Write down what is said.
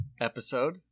episode